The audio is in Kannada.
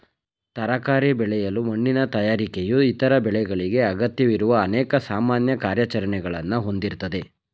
ತರಕಾರಿ ಬೆಳೆಯಲು ಮಣ್ಣಿನ ತಯಾರಿಕೆಯು ಇತರ ಬೆಳೆಗಳಿಗೆ ಅಗತ್ಯವಿರುವ ಅನೇಕ ಸಾಮಾನ್ಯ ಕಾರ್ಯಾಚರಣೆಗಳನ್ನ ಹೊಂದಿರ್ತದೆ